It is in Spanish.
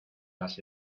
las